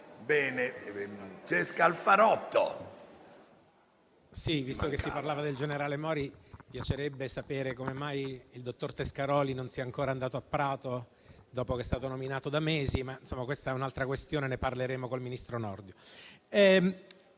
Signor Presidente, visto che si parlava del generale Mori, mi piacerebbe sapere come mai il dottor Tescaroli non sia ancora andato a Prato, dopo che è stato nominato da mesi: ma questa è un'altra questione di cui parleremo col ministro Nordio.